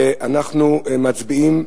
ואנחנו מצביעים.